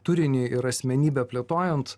turinį ir asmenybę plėtojant